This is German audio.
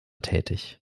tätig